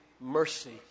mercy